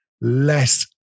less